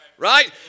Right